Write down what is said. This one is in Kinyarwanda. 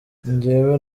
njyewe